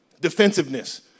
defensiveness